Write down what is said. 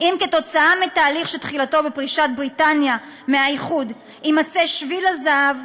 אם כתוצאה מהתהליך שתחילתו בפרישת בריטניה מהאיחוד יימצא שביל הזהב,